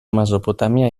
mesopotàmia